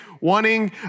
wanting